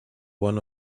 one